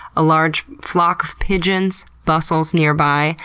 a large flock of pigeons bustles nearby.